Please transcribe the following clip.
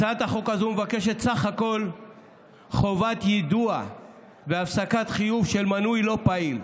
הצעת החוק הזו מבקשת סך הכול חובת יידוע והפסקת חיוב של מנוי לא פעיל.